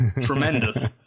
tremendous